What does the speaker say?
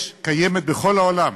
קיימת בכל העולם